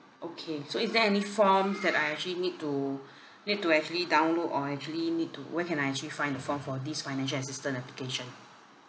okay so is there any forms that I actually need to need to actually download or actually need to where can I actually find the form for this financial assistance application